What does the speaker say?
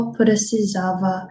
precisava